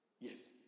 Yes